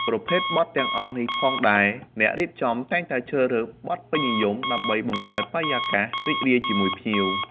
ប្រភេទបទទាំងអស់នេះផងដែរ អ្នករៀបចំតែងតែជ្រើសរើសបទពេញនិយម ដើម្បីបង្កើតបរិយាកាសរីករាយជាមួយភ្ញៀវ។